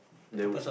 there would